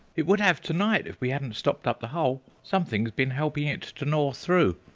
it would have to-night if we hadn't stopped up the hole. something's been helping it to gnaw through.